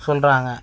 சொல்கிறாங்க